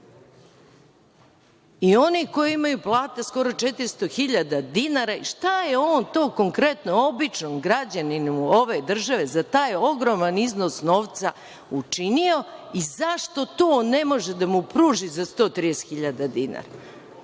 i oni koji imaju plate skoro 400 hiljada dinara, šta je on to konkretno običnom građaninu ove države za taj ogroman iznos novca učinio i zašto to ne može da mu pruži za 130 hiljada